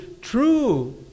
true